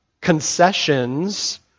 Concessions